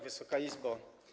Wysoka Izbo!